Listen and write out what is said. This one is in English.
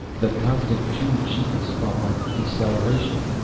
the constant two g's felt like deceleration.